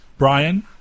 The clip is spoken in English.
Brian